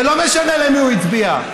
ולא משנה למי הוא הצביע,